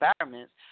environments